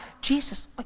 Jesus